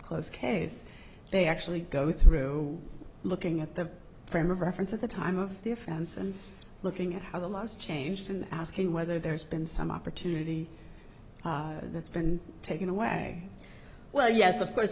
close case they actually go through looking at the frame of reference at the time of difference and looking at how the last changed in asking whether there's been some opportunity that's been taken away well yes of course